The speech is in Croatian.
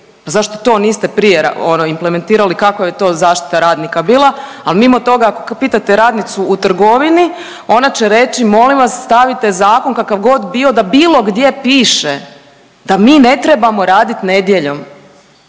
zašto to niste prije ono implementirali, kakva je to zaštita radnika bila, a mimo toga ako pitate radnicu u trgovini ona će reći molim vas stavite zakon kakav god bio da bilo gdje piše da mi ne trebamo radit nedjeljom,